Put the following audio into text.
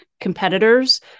competitors